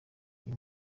uyu